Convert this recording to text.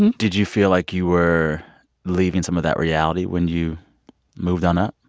and did you feel like you were leaving some of that reality when you moved on up?